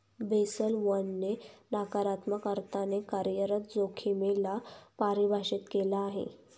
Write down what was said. Basel one ने नकारात्मक अर्थाने कार्यरत जोखिमे ला परिभाषित केलं आहे